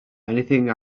anything